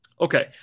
Okay